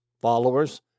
followers